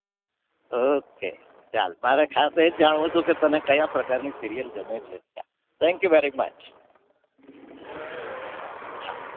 okay ચાલ મારે ખાસ એ જ જાણવું હતું કે તને ક્યાં પ્રકારની સિરિયલ ગમે છે થેન્ક યૂ વેરી મચ હા